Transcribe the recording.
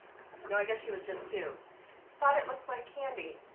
no i guess she was just two thought it looked like candy.